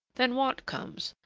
then want comes,